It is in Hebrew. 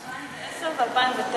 יש גם החלטות מ-2010 ומ-2009.